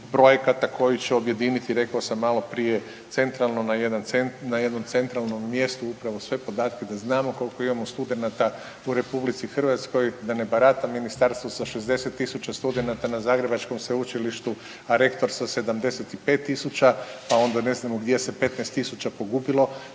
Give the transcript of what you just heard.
projekta koji će objediniti rekao sam maloprije centralno, na jedan, na jednom centralnom mjestu upravo sve podatke da znamo koliko imamo studenata u RH, da ne barata ministarstvo sa 60.000 studenata na Zagrebačkom sveučilištu, a rektor sa 75.000 pa onda ne znamo gdje se 15.000 pogubilo.